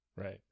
Right